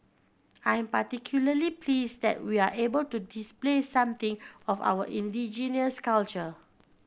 I am particularly pleased that we're able to display something of our indigenous culture